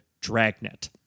Dragnet